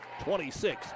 26